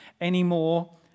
anymore